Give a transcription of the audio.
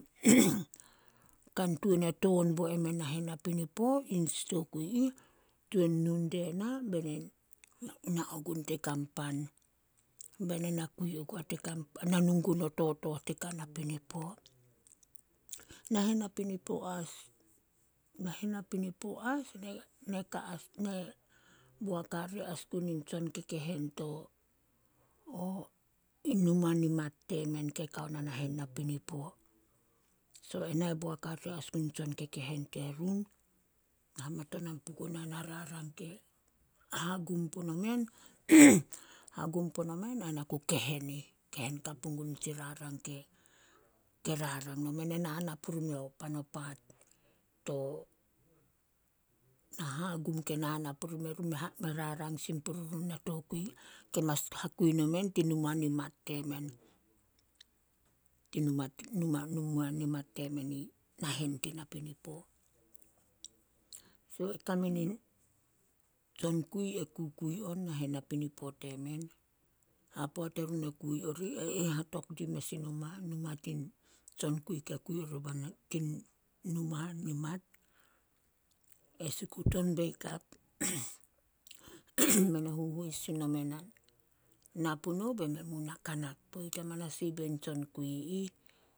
kan tuan e ton bo emen nahen napinipo, yi tsi tokui ih, tuan nu die na be ne na ogun tei kan pan. Be na na nu gun o totooh tei kana pinipo. Nahen napinipo as- nahen napinipo as, ne- ne ka as ne boak hare as gun in tsonkekehen in numa nimat temen ke kao na nahen napinipo. So na boak hare as gun in tsonkekehen terun, hamatonan puguna na rarang ke hagum puno men- hagum puno men ai na ku kehen ih. Kehen kapu gun nitsi rarang ke- ke rarang nomen e nana puri meo pan o paat to na hagum ke nana puri merun me rarang sin puri run na tokui ke mas hakui nomen tin numa nimat temen. Tin numa nimat temen i nahen tin napinipo. So, e kame nin tsonkui e kukui on nahen napinipo temen, poat erun e kui orih, e ih hatong din mes in numa, numa tin tsonkui ke kui oriba tin numa nimat. E sikut on bei kap, men e huhois sin nomen na, na punouh bemen muna kanat poit hamanas ih bei tsonkui ih